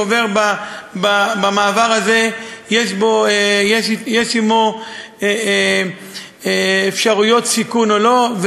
האם מי שעובר במעבר הזה יש עמו אפשרויות סיכון או לא?